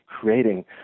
creating